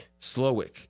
Slowick